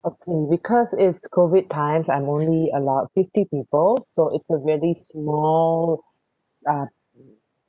okay because it's COVID times I'm only allowed fifty people so it's a really small uh